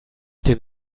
den